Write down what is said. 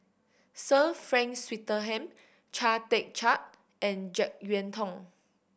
Sir Frank Swettenham Chia Tee Chiak and Jek Yeun Thong